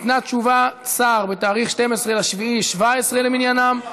ניתנה תשובת שר ב-12 ביולי 2017, למניינם.